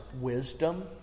wisdom